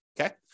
Okay